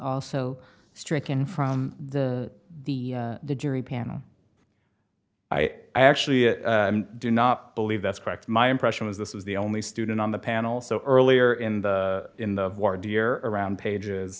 also stricken from the the the jury panel i i actually do not believe that's correct my impression was this was the only student on the panel so earlier in the in the ward year around